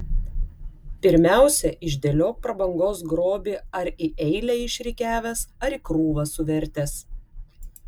pirmiausia išdėliok prabangos grobį ar į eilę išrikiavęs ar į krūvą suvertęs